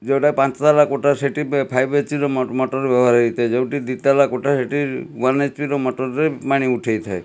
ଯେଉଁଟା ପାଞ୍ଚତାଲା କୋଠା ସେଠି ଫାଇଭ୍ ଏଚପି୍ର ମୋଟର ବ୍ୟବହାର ହୋଇଥାଏ ଯେଉଁଟା ଦୁଇ ତାଲା କୋଠା ସେଠି ୱାନ୍ ଏଚ୍ପିର ମୋଟରରେ ପାଣି ଉଠାଇଥାଏ